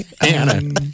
Anna